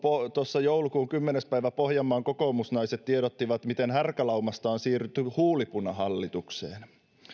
tuossa joulukuun kymmenes päivä pohjanmaan kokoomusnaiset tiedotti miten härkälaumasta on siirrytty huulipunahallitukseen